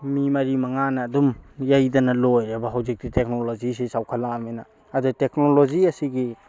ꯃꯤ ꯃꯔꯤ ꯃꯉꯥꯅ ꯑꯗꯨꯝ ꯌꯩꯗꯅ ꯂꯣꯏꯔꯦꯕ ꯍꯧꯖꯤꯛꯇꯤ ꯇꯦꯛꯅꯣꯂꯣꯖꯤꯁꯤ ꯆꯥꯎꯈꯠꯂꯛꯑꯕꯅꯤꯅ ꯑꯗꯨ ꯇꯦꯛꯅꯣꯂꯣꯖꯤ ꯑꯁꯤꯒꯤ